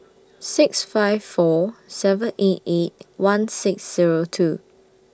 six five four seven eight eight one six Zero two